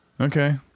Okay